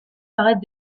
paraître